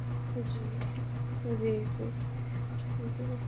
جی جی جی جی